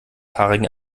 haarigen